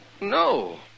No